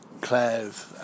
Claire's